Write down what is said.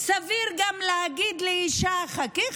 סביר גם להגיד לאישה: חכי,